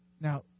Now